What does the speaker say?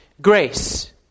grace